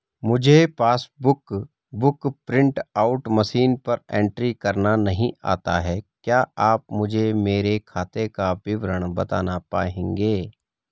मुझे passbook book print out machine पर entry करना नहीं आता है क्या आप मुझे मेरे खाते का विवरण बताना पाएंगे?